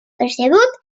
percebut